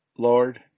Lord